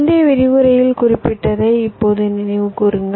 முந்தைய விரிவுரையில் குறிப்பிட்டதை இப்போது நினைவு கூருங்கள்